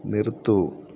നിർത്തൂ